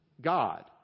God